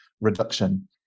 reduction